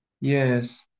Yes